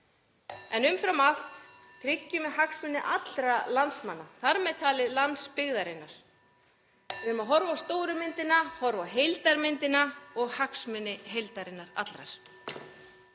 En umfram allt tryggjum við hagsmuni allra landsmanna, þar með talið landsbyggðarinnar. Við eigum að horfa á (Forseti hringir.) stóru myndina, horfa á heildarmyndina og hagsmuni heildarinnar allrar.